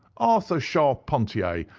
ah so charpentier,